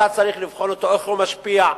אתה צריך לבחון איך הוא משפיע,